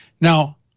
Now